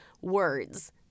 words